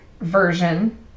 version